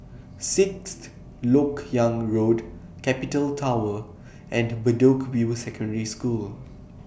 Sixth Lok Yang Road Capital Tower and Bedok View Secondary School